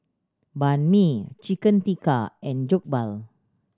Banh Mi Chicken Tikka and Jokbal